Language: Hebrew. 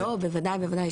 לא, בוודאי, בוודאי.